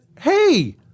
hey